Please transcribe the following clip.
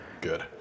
Good